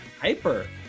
hyper